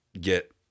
get